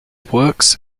works